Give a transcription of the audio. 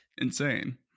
insane